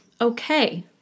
okay